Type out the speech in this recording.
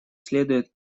следует